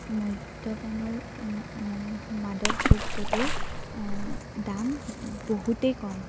মদ্যপানৰ মাদক দ্ৰব্যটোৰ দাম বহুতেই কম